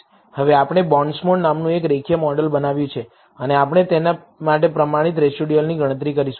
હવે આપણે બોન્ડસ્મોડ નામનું એક રેખીય મોડેલ બનાવ્યું છે અને આપણે તેના માટે પ્રમાણિત રેસિડયુઅલની ગણતરી કરીશું